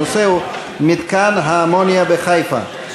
הנושא הוא: מתקן האמוניה בחיפה.